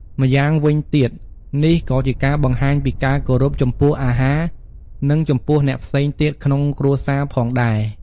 ម្យ៉ាងវិញទៀត នេះក៏ជាការបង្ហាញពីការគោរពចំពោះអាហារ និងចំពោះអ្នកផ្សេងទៀតក្នុងគ្រួសារផងដែរ។